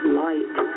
light